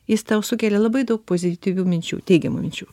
jis tau sukelia labai daug pozityvių minčių teigiamų minčių